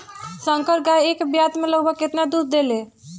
संकर गाय एक ब्यात में लगभग केतना दूध देले?